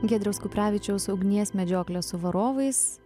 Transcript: giedriaus kuprevičiaus ugnies medžioklė su varovais